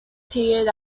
tiered